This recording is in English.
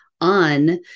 on